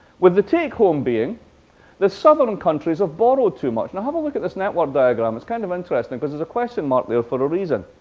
with the take-home being the southern countries have borrowed too much. now, have a look at this network diagram. it's kind of interesting, because there's a question mark there for a reason.